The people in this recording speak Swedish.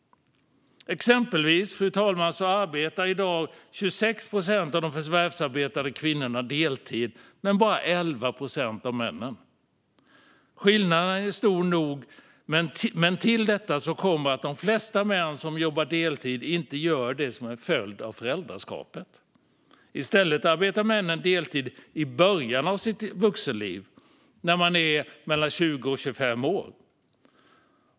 Exempelvis, fru talman, är det i dag 26 procent av de förvärvsarbetande kvinnorna som arbetar deltid men bara 11 procent av männen. Den skillnaden är stor nog, men till detta kommer att de flesta män som jobbar deltid inte gör det som en följd av föräldraskapet. I stället arbetar männen deltid i början av sitt vuxenliv, när de är mellan 20 och 25 år.